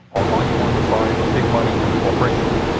or are you on the side of big money and the corporations?